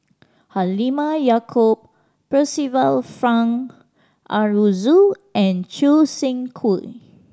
Halimah Yacob Percival Frank Aroozoo and Choo Seng Quee